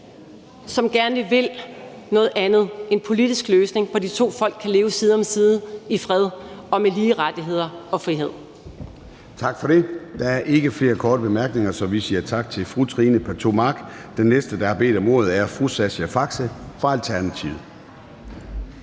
som gerne vil noget andet, en politisk løsning, hvor de to folk kan leve side om side i fred og med lige rettigheder og frihed. Kl. 14:08 Formanden (Søren Gade): Tak for det. Der er ikke flere korte bemærkninger, så vi siger tak til fru Trine Pertou Mach. Den næste, der har bedt om ordet, er fru Sascha Faxe fra Alternativet.